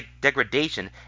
degradation